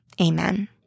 Amen